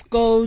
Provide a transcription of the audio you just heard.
go